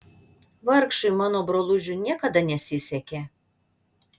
vargšui mano brolužiui niekada nesisekė